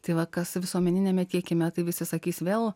tai va kas visuomeniniame tiekime tai visi sakys vėl